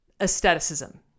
aestheticism